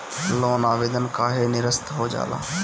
Loan आवेदन काहे नीरस्त हो जाला?